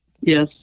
Yes